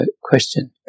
Question